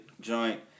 joint